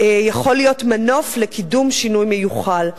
יכול להיות מנוף לקידום שינוי מיוחל.